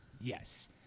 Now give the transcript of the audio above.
Yes